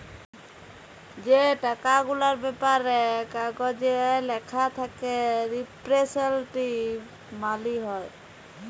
যে টাকা গুলার ব্যাপারে কাগজে ল্যাখা থ্যাকে রিপ্রেসেলট্যাটিভ মালি হ্যয়